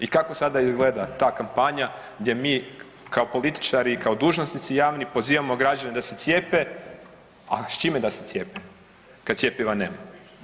I kako sada izgleda ta kampanja gdje mi kao političari i kao dužnosnici javni pozivamo građane da se cijepe, a s čime da se cijepe kad cjepiva nema?